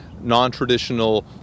non-traditional